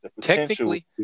Technically